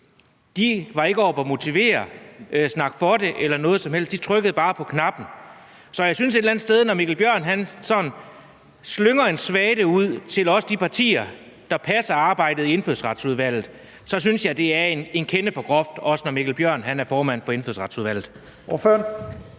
var ikke oppe for at motivere, tale for det eller noget som helst. De trykkede bare på knappen Så jeg synes et eller andet sted, at når hr. Mikkel Bjørn sådan slynger en svada ud til de partier, der passer arbejdet i Indfødsretsudvalget, er det en kende for groft, også når hr. Mikkel Bjørn er formand for Indfødsretsudvalget.